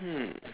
hmm